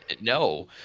No